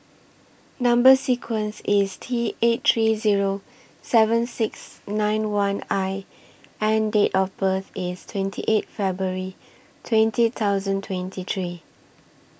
Number sequence IS T eight three Zero seven six nine one I and Date of birth IS twenty eight February twenty thousand twenty three